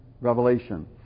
revelation